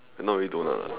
not really doughnut lah